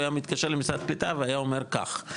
היה מתקשר למשרד הקליטה והיה אומר כך,